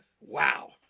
Wow